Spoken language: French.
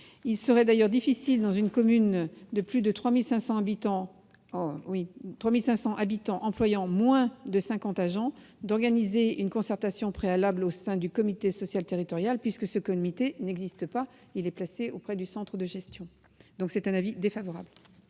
Il serait d'ailleurs difficile, dans une commune de plus de 3 500 habitants employant moins de cinquante agents, d'organiser une concertation préalable au sein du comité social territorial, puisqu'un tel comité n'existe pas- il est placé auprès du centre de gestion. La commission est donc défavorable